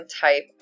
type